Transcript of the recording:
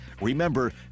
Remember